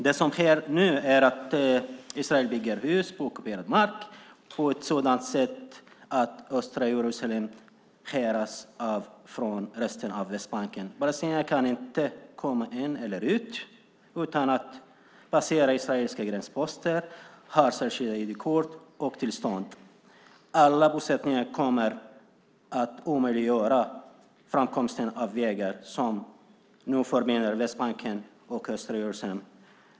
Det som sker nu är att Israel bygger hus på ockuperad mark på ett sådant sätt att östra Jerusalem skärs av från resten av Västbanken. Palestinierna kan inte komma in eller ut utan att passera israeliska gränsposter och ha särskilda ID-kort och tillstånd. Alla bosättningar kommer att omöjliggöra framkomsten på vägar som nu förenar Västbanken och östra Jerusalem.